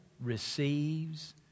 receives